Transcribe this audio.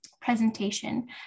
presentation